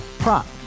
Prop